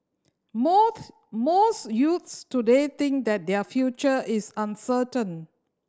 most most youths today think that their future is uncertain